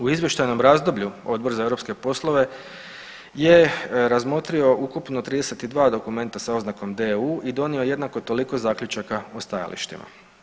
U izvještajnom razdoblju Odbor za europske poslove je razmotrio ukupno 32 dokumenta sa oznakom DEU i donio jednako toliko zaključaka o stajalištima.